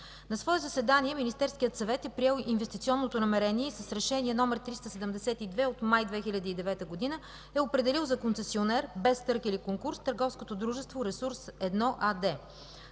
На свое заседание Министерският съвет е приел инвестиционното намерение и с Решение № 372 от май 2009 г. е определил за концесионер без търг или конкурс търговското дружество „Ресурс 1” АД.